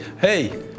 hey